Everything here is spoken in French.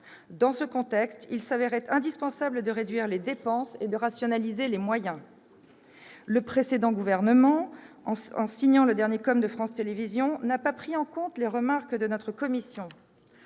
Dans ce contexte, il s'avérait indispensable de réduire les dépenses et de rationaliser les moyens. Le précédent gouvernement, en signant le dernier COM de France Télévisions, n'a pas pris en compte les remarques de notre commission.